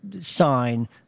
sign